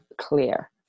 clear